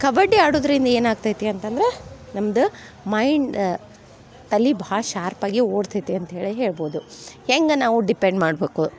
ಕಬಡ್ಡಿ ಆಡೋದ್ರಿಂದ ಏನಾಗ್ತೈತಿ ಅಂತಂದ್ರೆ ನಮ್ದು ಮೈಂಡ ತಲೆ ಭಾಳ ಶಾರ್ಪಾಗಿ ಓಡ್ತೈತಿ ಅಂತ ಹೇಳಿ ಹೇಳ್ಬೋದು ಹೆಂಗೆ ನಾವು ಡಿಪೆಂಡ್ ಮಾಡ್ಬೇಕು